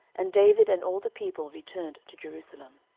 and david and all the people returned to jerusalem.